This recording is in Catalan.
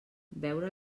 veure